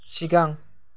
सिगां